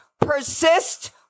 Persist